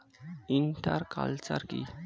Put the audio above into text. Inter culture কি?